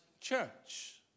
church